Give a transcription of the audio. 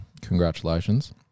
Congratulations